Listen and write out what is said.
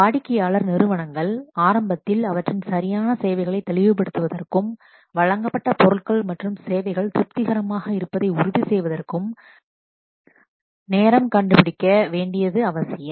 வாடிக்கையாளர் நிறுவனங்கள் ஆரம்பத்தில் அவற்றின் சரியான தேவைகளை தெளிவுபடுத்துவதற்கும் வழங்கப்பட்ட பொருட்கள் மற்றும் சேவைகள் திருப்திகரமாக இருப்பதை உறுதி செய்வதற்கும் நேரம் கண்டுபிடிக்க வேண்டியது அவசியம்